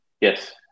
Yes